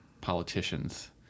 politicians